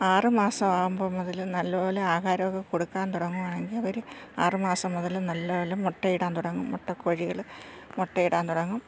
ആറ് മാസം ആവുമ്പോൾ മുതൽ നല്ലപലെ ആഹാരൊക്കെ കൊടുക്കാൻ തുടങ്ങുകയാണെങ്കിൽ അവർ ആറ് മാസം മുതൽ നല്ല പോലെ മുട്ടയിടാൻ തുടങ്ങും മുട്ട കോഴികൾ മുട്ടയിടാൻ തുടങ്ങും